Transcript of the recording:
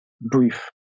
brief